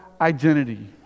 identity